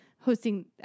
hosting